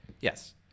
Yes